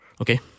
Okay